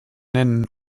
nennen